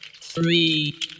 Three